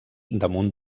damunt